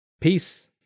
Peace